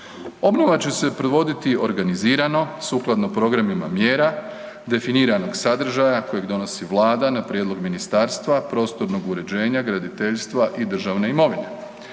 Obnova će se provoditi organizirano sukladno programima mjera, definiranog sadržaja kojeg donosi Vlada na prijedlog Ministarstva prostornog uređenja, graditeljstva i državne imovine.